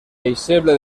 deixeble